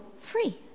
free